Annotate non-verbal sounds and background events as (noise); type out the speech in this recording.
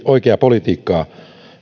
(unintelligible) oikeaa politiikkaa